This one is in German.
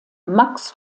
max